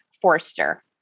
Forster